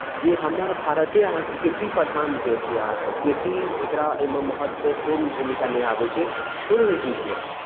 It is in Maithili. जे हमर भारते अहाँके कृषि प्रधान देश यए अहाँके कृषि एकरा एहिमे महत्वपूर्ण भूमिका निभाबैत छै कोनो भी चीजमे